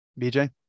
BJ